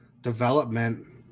development